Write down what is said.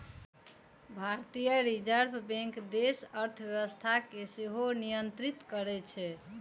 भारतीय reserve bank देशक अर्थव्यवस्था कें सेहो नियंत्रित करै छै